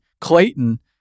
Clayton